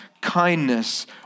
kindness